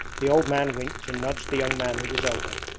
the old man winked and nudged the young man with his elbow.